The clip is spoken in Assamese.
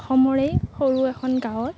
অসমৰেই সৰু এখন গাঁৱত